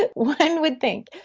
but one would think.